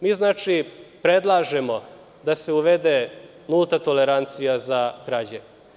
Mi predlažemo da se uvede nulta tolerancija za krađe.